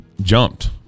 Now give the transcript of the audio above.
jumped